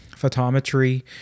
photometry